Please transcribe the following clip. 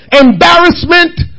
embarrassment